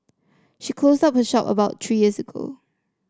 she closed her shop about three years ago